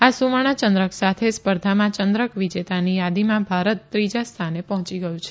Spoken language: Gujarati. આ સુવર્ણચંદ્રક સાથે સ્પર્ધામાં ચંદ્રક વિજેતાની યાદીમાં ભારત ત્રીજા સ્થાને પહોંચ્યું છે